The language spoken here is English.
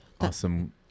awesome